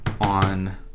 On